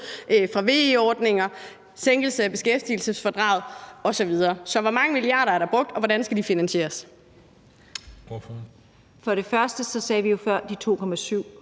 til VE-ordninger, hævelse af beskæftigelsesfradraget osv.? Så hvor mange milliarder er der brugt, og hvordan skal de finansieres? Kl. 18:41 Den fg. formand